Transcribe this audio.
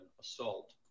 assault